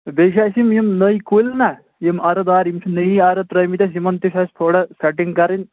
تہٕ بیٚیہِ چھِ اَسہِ یِم یِم نٔے کُلۍ نہ یِم اَرٕ دار یِم چھِ نٔی اَرٕ ترٲیمٕتۍ اَسہِ یِمن تہِ چھِ اَسہِ تھوڑا سٮ۪ٹِنٛگ کَرٕنۍ